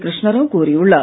கிருஷ்ணாராவ் கூறியுள்ளார்